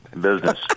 Business